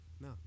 no